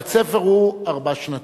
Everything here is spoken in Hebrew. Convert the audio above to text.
בית-הספר הוא ארבע-שנתי.